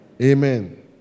Amen